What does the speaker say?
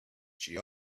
she